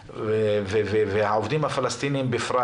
והעובדים הפלסטינים בפרט,